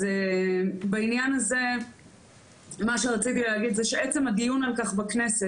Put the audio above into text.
אבל מה שרציתי להגיד זה שעצם הדיון על כך בכנסת,